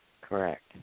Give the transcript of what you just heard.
Correct